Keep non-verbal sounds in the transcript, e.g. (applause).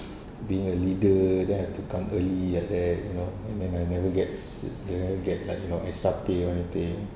being a leader then have to come early like that you know and then I never get (noise) get like you know extra pay or anything